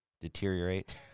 Deteriorate